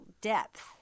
depth